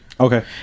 okay